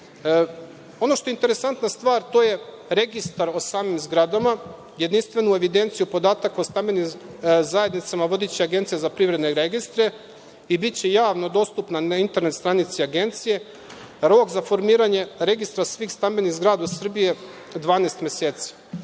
što je interesantna stvar, to je registar o samim zgradama. Jedinstvenu evidenciju podataka o stambenim zajednicama vodiće Agencija za privredne registre i biće javno dostupna na internet stranici Agencije. Rok za formiranje registra svih stambenih zgrada u Srbiji je 12 meseci.E